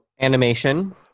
animation